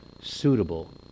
suitable